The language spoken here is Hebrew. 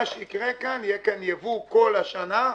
מה שיקרה יהיה כאן ייבוא כל השנה.